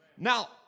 Now